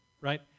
right